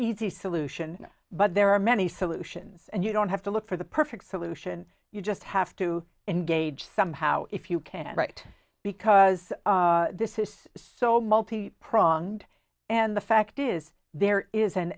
easy solution but there are many solutions and you don't have to look for the perfect solution you just have to engage somehow if you can't right because this is so multi pronged and the fact is there is an